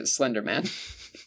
Slenderman